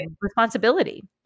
responsibility